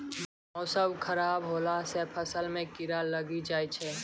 मौसम खराब हौला से फ़सल मे कीड़ा लागी जाय छै?